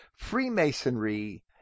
Freemasonry